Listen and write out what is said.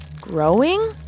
growing